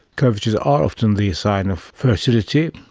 curvatures are often the sign of fertility,